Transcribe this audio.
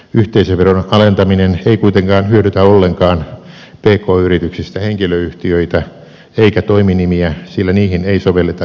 yhteisöveron alentaminen ei kuitenkaan hyödytä ollenkaan pk yrityksistä henkilöyhtiöitä eikä toiminimiä sillä niihin ei sovelleta yhteisöverokantaa